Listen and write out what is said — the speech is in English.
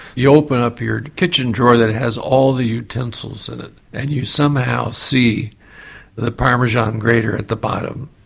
you open up your kitchen drawer that has all the utensils in it and you somehow see the parmesan grater at the bottom,